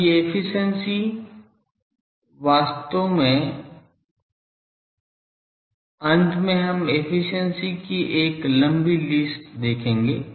अब ये एफिशिएंसी वास्तव में अंत में हम एफिशिएंसी की एक लंबी सूची देखेंगे